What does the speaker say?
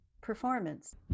performance